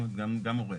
גם אורח.